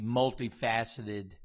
multifaceted